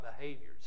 behaviors